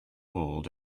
hold